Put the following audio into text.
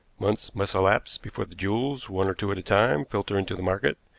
months must elapse before the jewels, one or two at a time, filter into the market,